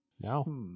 No